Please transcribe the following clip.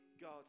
God